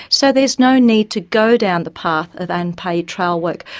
so there's no need to go down the path of unpaid trial work.